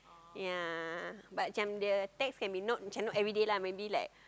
ya but macam the text can be not macam not everyday lah maybe like